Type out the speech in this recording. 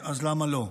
אז למה לא?